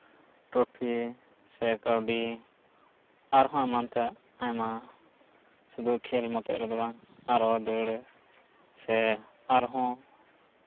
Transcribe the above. trophy ᱥᱮ ᱠᱟᱹᱣᱰᱤ ᱟᱨᱦᱚᱸ ᱮᱢᱟᱱ ᱛᱮᱭᱟᱜ ᱟᱭᱢᱟ ᱥᱩᱫᱩ ᱠᱷᱮᱞ ᱢᱚᱛᱚ ᱨᱮᱫᱚ ᱵᱟᱝ ᱟᱨᱚ ᱫᱟᱹᱲ ᱥᱮ ᱟᱨᱦᱚᱸ